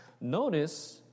Notice